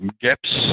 gaps